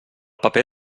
paper